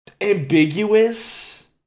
ambiguous